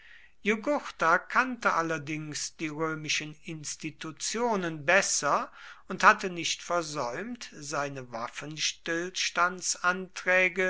jugurtha kannte allerdings die römischen institutionen besser und hatte nicht versäumt seine